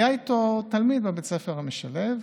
בבית הספר המשלב